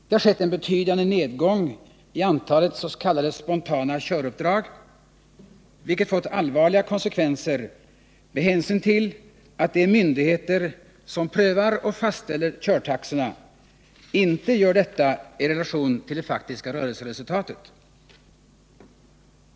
Det har skett en betydande nedgång i antalet s.k. spontana köruppdrag, vilket fått allvarliga konsekvenser med hänsyn till att de myndigheter som prövar och fastställer körtaxorna inte gör detta i relation till det faktiska rörelseresultatet.